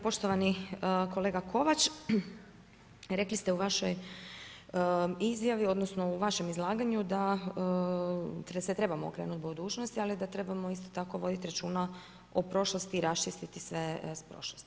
Poštovani kolega Kovač, rekli ste u vašoj izjavi odnosno u vašem izlaganju da se trebamo okrenuti budućnosti ali da trebamo isto tako voditi računa o prošlosti i raščistiti sve iz prošlosti.